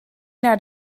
naar